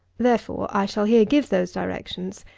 therefore, i shall here give those directions,